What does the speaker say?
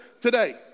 today